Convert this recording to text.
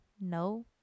no